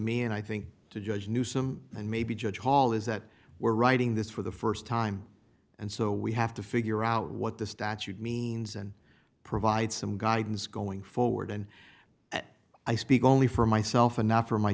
me and i think to judge newsome and maybe judge paul is that we're writing this for the st time and so we have to figure out what the statute means and provide some guidance going forward and i speak only for myself and not for my